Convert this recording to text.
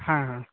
ହଁ ହଁ